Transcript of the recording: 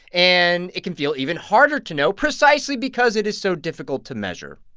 and it can feel even harder to know precisely because it is so difficult to measure